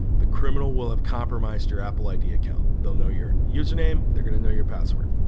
the criminal will have compromised your apple, id account they'll know. your username they're gonna know. your password